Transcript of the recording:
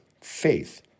faith